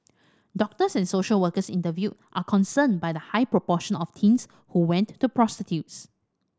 doctors and social workers interviewed are concerned by the high proportion of teens who went to prostitutes